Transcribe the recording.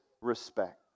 respect